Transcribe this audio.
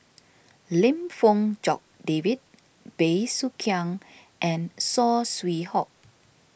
Lim Fong Jock David Bey Soo Khiang and Saw Swee Hock